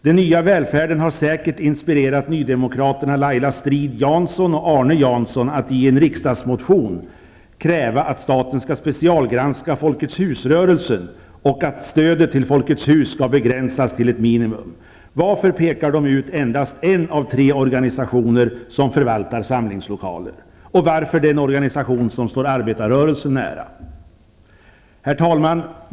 Den nya välfärden har säkert inspirerat nydemokraterna Laila Strid-Jansson och Arne Jansson att i en riksdagsmotion kräva att staten skall specialgranska Folkets hus-rörelsen och att stödet till Folkets hus skall begränsas till ett minimum. Varför pekar de ut endast en av tre organisationer som förvaltar samlingslokaler? Och varför den organisation som står arbetarrörelsen nära? Herr talman!